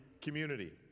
community